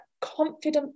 confident